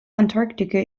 antarctica